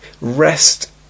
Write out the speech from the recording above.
rest